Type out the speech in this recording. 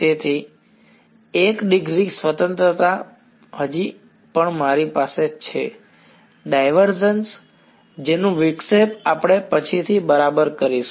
તેથી 1 ડિગ્રી સ્વતંત્રતા હજી પણ મારી પાસે છે ડાયવર્ઝન્સ જેનું વિક્ષેપ આપણે પછીથી બરાબર કરીશું